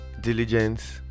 diligence